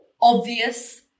obvious